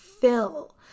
fill